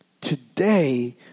Today